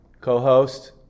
Co-host